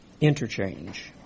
interchange